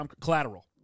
Collateral